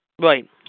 Right